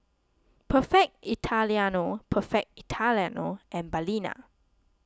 Perfect Italiano Perfect Italiano and Balina